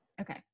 Okay